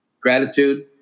gratitude